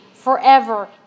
Forever